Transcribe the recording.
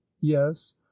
yes